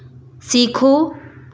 सीखो